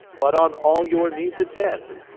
but on all your needs attend,